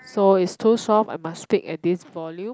so is too soft I must speak at this volume